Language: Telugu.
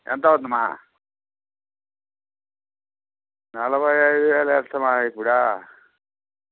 ఎంత అవుతుందమ్మ నలభై ఐదు వేసుకోమ్మ ఇప్పుడు